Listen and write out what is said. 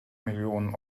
millionen